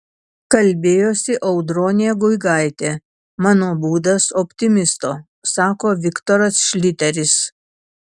kalbėjosi audronė guigaitė mano būdas optimisto sako viktoras šliteris